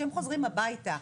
כשהם חוזרים הביתה,